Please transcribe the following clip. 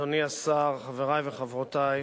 אדוני השר, חברי וחברותי,